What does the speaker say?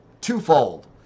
twofold